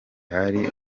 hari